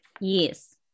Yes